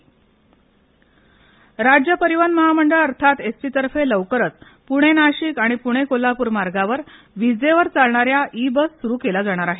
E वस राज्य परिवहन महामंडळ अर्थात एस टी तर्फे लवकरच पुणे नाशिक आणि पुणे कोल्हापूर मार्गावर विजेवर चालणाऱ्या ई बस सुरू केल्या जाणार आहेत